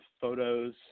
photos